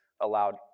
allowed